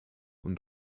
und